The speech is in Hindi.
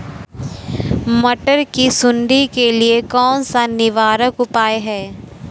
मटर की सुंडी के लिए कौन सा निवारक उपाय है?